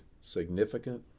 significant